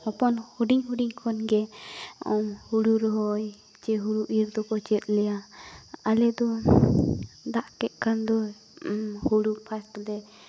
ᱦᱚᱯᱚᱱ ᱦᱩᱰᱤᱧ ᱦᱩᱰᱤᱧ ᱠᱷᱚᱱᱜᱮ ᱦᱳᱲᱳ ᱨᱚᱦᱚᱭ ᱪᱮ ᱦᱳᱲᱳ ᱤᱮᱫᱚᱠᱚ ᱪᱮᱫᱟᱞᱮᱭᱟ ᱟᱞᱮᱫᱚ ᱫᱟᱜᱠᱮᱫ ᱠᱷᱟᱱᱫᱚᱭ ᱦᱳᱲᱳ ᱯᱷᱟᱥᱴᱫᱚᱞᱮ